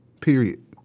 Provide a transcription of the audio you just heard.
Period